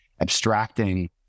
abstracting